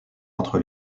entre